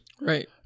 Right